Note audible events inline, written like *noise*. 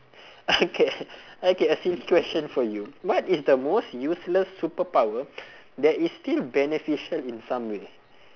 okay *laughs* okay a silly question for you what is the most useless superpower *breath* that is still beneficial in some way